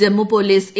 Jammu police A